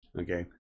Okay